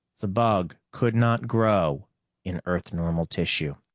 the bug could not grow in earth-normal tissue.